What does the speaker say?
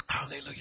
Hallelujah